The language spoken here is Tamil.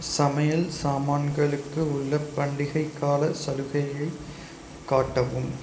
சமையல் சாமான்களுக்கு உள்ள பண்டிகைக்கால சலுகையை காட்டவும்